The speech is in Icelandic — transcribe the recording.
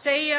segja